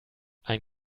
ein